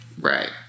Right